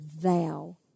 thou